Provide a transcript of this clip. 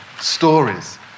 stories